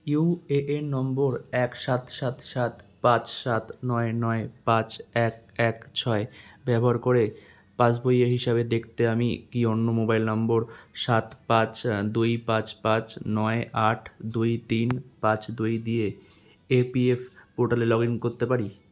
UAN number এক সাত সাত সাত পাঁচ সাত নয় নয় পাঁচ এক এক ছয় ব্যবহার করে পাসবইয়ের হিসাবে দেখতে আমি কি অন্য মোবাইল নম্বর সাত পাঁচ দুই পাঁচ পাঁচ নয় আট দুই তিন পাঁচ দুই দিয়ে ইপিএফও পোর্টালে লগ ইন করতে পারি